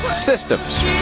Systems